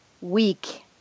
week